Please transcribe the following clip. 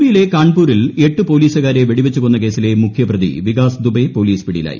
P യിലെ കാൺപൂരിൽ എട്ട് പോലീസുകാരെ വെടിവച്ചു കൊന്ന കേസിലെ മുഖ്യ പ്രതി വികാസ് ദുബെ പോലീസ് പിടിയിലായി